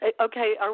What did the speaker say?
Okay